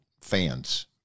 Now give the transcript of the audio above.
fans